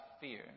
fear